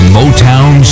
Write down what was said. Motown